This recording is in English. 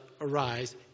arise